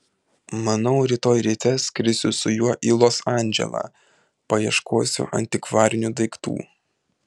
manau rytoj ryte skrisiu su juo į los andželą paieškosiu antikvarinių daiktų